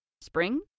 Spring